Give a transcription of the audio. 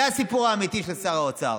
זה הסיפור האמיתי של שר האוצר.